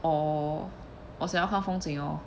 or 我想要换风景 orh